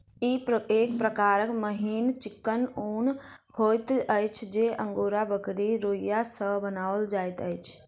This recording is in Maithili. ई एक प्रकारक मिहीन चिक्कन ऊन होइत अछि जे अंगोरा बकरीक रोंइया सॅ बनाओल जाइत अछि